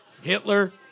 Hitler